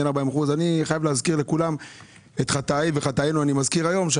כן 40%. את חטאיי וחטאינו אני חייב להזכיר היום לכולם,